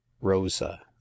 rosa